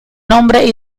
nombre